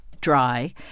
dry